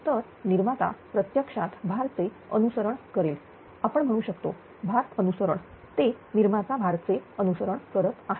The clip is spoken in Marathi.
तर निर्माता प्रत्यक्षात भार चे अनुसरण करेल आपण म्हणू शकतो भार अनुसरण ते निर्माता भार चे अनुसरण करत आहे